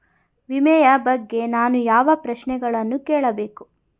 ವಿಮೆಯ ಬಗ್ಗೆ ನಾನು ಯಾವ ಪ್ರಶ್ನೆಗಳನ್ನು ಕೇಳಬೇಕು?